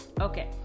Okay